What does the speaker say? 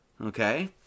Okay